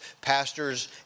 pastors